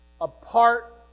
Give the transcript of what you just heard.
apart